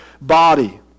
body